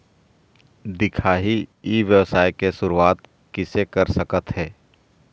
दिखाही ई व्यवसाय के शुरुआत किसे कर सकत हे?